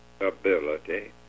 ability